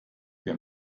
wir